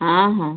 ହଁ ହଁ